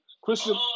Christian